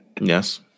Yes